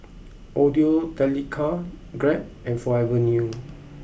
Audio Technica Grab and Forever New